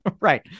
right